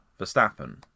Verstappen